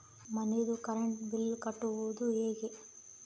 ಮನಿದು current bill ಕಟ್ಟೊದು ಹೇಗೆ?